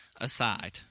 aside